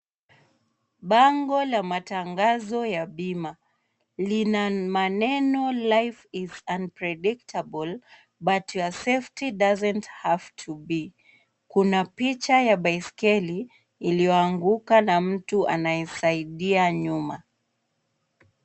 Bango la matangazo ya bima lina maneno life is unpredictable but your safety doesn't have to be. Kuna picha ya baiskeli iliyo anguka na mtu anaye saidia nyuma.